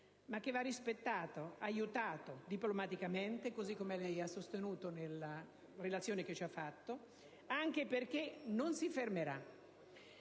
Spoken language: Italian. ma che va rispettato, aiutato diplomaticamente, così come lei ha sostenuto nella relazione che ci ha fatto, anche perché non si fermerà.